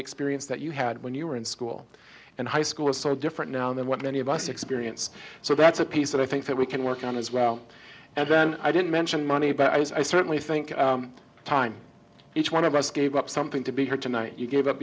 experience that you had when you were in school and high school is so different now than what many of us experience so that's a piece that i think that we can work on as well and i didn't mention money but i certainly think time each one of us gave up something to be here tonight you gave up